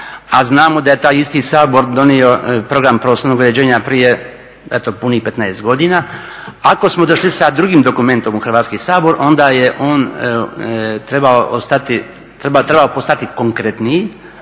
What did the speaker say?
a znamo da je taj isti Sabor donio program prostornog uređenja prije eto punih 15 godina, ako smo došli sa drugim dokumentom u Hrvatski sabor onda je on trebao postati konkretniji,